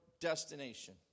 destination